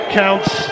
counts